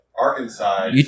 Arkansas